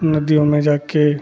नदियों में जाकर